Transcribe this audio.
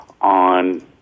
on